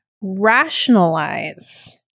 rationalize